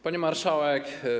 Pani Marszałek!